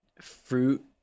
fruit